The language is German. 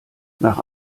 nach